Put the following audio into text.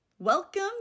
Welcome